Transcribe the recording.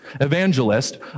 evangelist